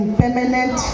permanent